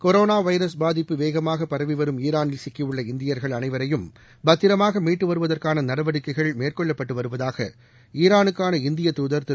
corona virus பாதிப்பு வேகமாக பரவி வரும் ஈரானில் சிக்கியுள்ள இந்தியர்கள் அளைவரையும் பத்திரமாக மீட்டு வருவதற்கான நடவடிக்கைகள் மேற்கொள்ளப்பட்டு வருவதாக ஈரானுக்கான இந்தியத் தாதர் திரு